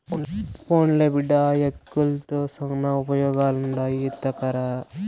పోన్లే బిడ్డా, ఆ యాకుల్తో శానా ఉపయోగాలుండాయి ఎత్తకరా